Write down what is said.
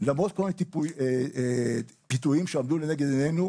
למרות כל הפיתויים שעמדו לנגד עינינו